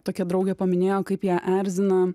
tokia draugė paminėjo kaip ją erzina